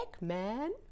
man